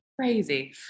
Crazy